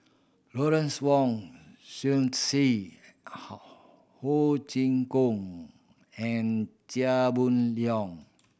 Lawrence Wong Ho Chee Kong and Chia Boon Leong